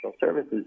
services